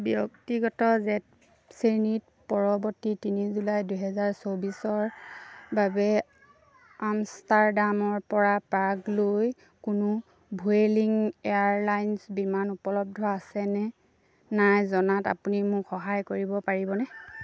ব্যক্তিগত জেট শ্ৰেণীত পৰৱৰ্তী তিনি জুলাই দুহেজাৰ চৌবিছৰ বাবে আমষ্টাৰডামৰপৰা প্ৰাগলৈ কোনো ভুয়েলিং এয়াৰলাইনছ বিমান উপলব্ধ আছে নে নাই জনাত আপুনি মোক সহায় কৰিব পাৰিবনে